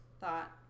thought